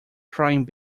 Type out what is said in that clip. crying